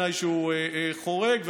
שחורג,